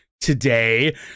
today